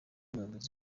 umuyobozi